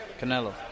Canelo